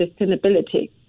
sustainability